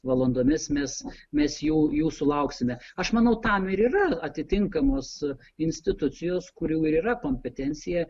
valandomis mes mes jau jų sulauksime aš manau tam ir yra atitinkamos institucijos kurių yra kompetencija